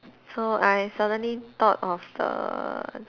so I suddenly thought of the